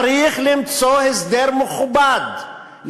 צריך למצוא הסדר מכובד,